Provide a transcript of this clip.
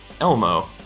Elmo